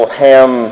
ham